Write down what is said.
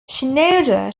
shinoda